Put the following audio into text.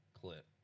clip